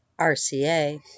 RCA